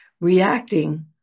reacting